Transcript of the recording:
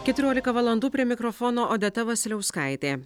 keturiolika valandų prie mikrofono odeta vasiliauskaitė